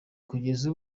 kugeza